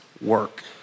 work